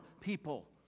people